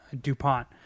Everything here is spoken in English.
DuPont